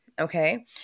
Okay